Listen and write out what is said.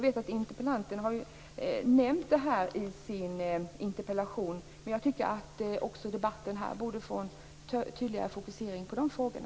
Interpellanten har ju nämnt det här i sin interpellation, men jag tycker att också debatten här borde få en tydligare fokusering på de frågorna.